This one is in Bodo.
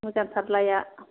मोजांथार लाइआ